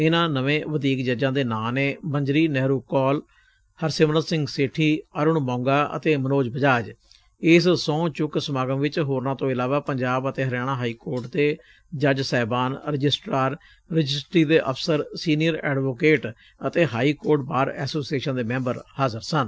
ਇਨਾਂ ਨਵੇਂ ਵਧੀਕ ਜੱਜਾਂ ਦੇ ਨਾਂ ਨੇ ਮੰਜਰੀ ਨਹਿਰੁ ਕੌਲ ਹਰਸਿਮਰਨ ਸਿੰਘ ਸੇਠੀ ਅਰੁਣ ਮੌਗਾ ਅਤੇ ਮਨੋਜ ਬਜਾਜ ਇਸ ਸੰਹੁ ਚੁੱਕ ਸਮਾਗਮ ਵਿਚ ਹੋਰਨਾਂ ਤੋਂ ਇਲਾਵਾ ਪੰਜਾਬ ਤੇ ਹਰਿਆਣਾ ਹਾਈ ਕੋਰਟ ਦੇ ਜੱਜ ਸਾਹਿਬਾਨ ਰਜਿਸਟਰਾਰ ਰਜਿਸਟਰੀ ਦੇ ਅਫਸਰ ਸੀਨੀਅਰ ਐਡਵੋਕੇਟ ਤੇ ਹਾਈ ਕੋਰਟ ਬਾਰ ਐਸੋਸੀਏਸ਼ਨ ਦੇ ਮੈਂਬਰ ਹਾਜ਼ਰ ਸਨ